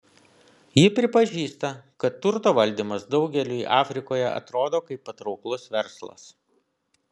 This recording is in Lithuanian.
ji pripažįsta kad turto valdymas daugeliui afrikoje atrodo kaip patrauklus verslas